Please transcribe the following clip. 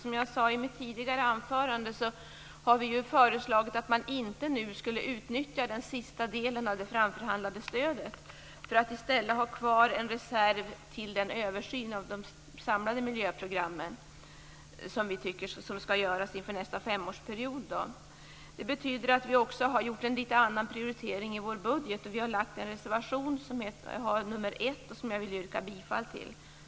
Som jag sade i mitt tidigare anförande har vi föreslagit att man inte nu skall utnyttja den sista delen av det framförhandlade stödet. I stället skall man ha kvar en reserv till den översyn av de samlade miljöprogrammen som skall göras inför nästa femårsperiod. Det betyder att vi också har gjort en litet annan prioritering i vår budget. Vi har en reservation, nr 1, som jag yrkar bifall till.